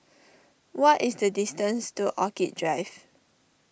what is the distance to Orchid Drive